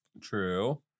True